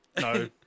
No